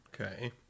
Okay